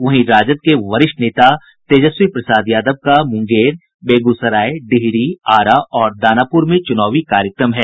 वहीं राजद के वरिष्ठ नेता तेजस्वी प्रसाद यादव का मुंगेर बेगूसराय डिहरी आरा और दानापुर में चुनावी कार्यक्रम है